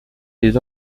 les